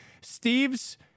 Steve's